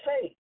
say